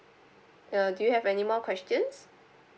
uh do you have any more questions